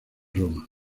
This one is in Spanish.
roma